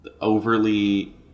overly